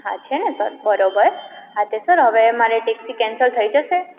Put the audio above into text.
હા છે ને સર બરોબર હા તે સર હવે મારે ટેક્સી કેન્સલ થઈ જશે